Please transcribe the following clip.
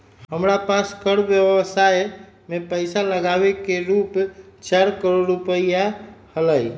हमरा पास कर व्ययवसाय में पैसा लागावे के रूप चार करोड़ रुपिया हलय